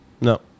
No